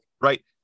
right